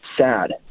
sad